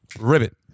Ribbit